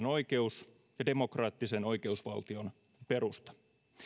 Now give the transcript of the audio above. oikeus ja demokraattisen oikeusvaltion perusta